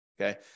Okay